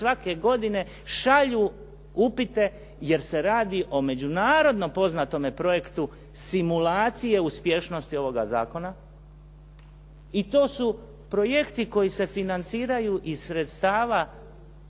svake godine šalju upite jer se radi o međunarodno poznatom projektu simulacije uspješnosti ovoga zakona. I to su projekti koji se financiraju iz sredstava